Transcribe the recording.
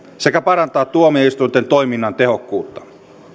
sekä parantaa tuomioistuinten toiminnan tehokkuutta